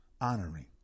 honoring